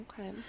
Okay